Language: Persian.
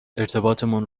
ارتباطمون